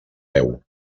peu